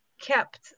kept